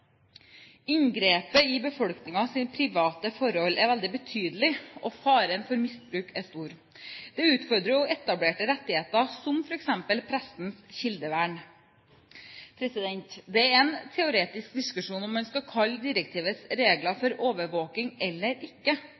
Inngrepet i befolkningens private forhold er veldig betydelig, og faren for misbruk er stor. Det utfordrer jo etablerte rettigheter som f.eks. pressens kildevern. Det er en teoretisk diskusjon om en skal kalle direktivets regler for overvåking eller ikke.